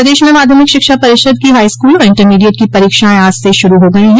प्रदेश में माध्यमिक शिक्षा परिषद की हाईस्कूल और इंटरमीडिएट की परीक्षाएं आज से शुरू हो गई हैं